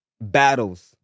battles